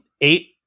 eight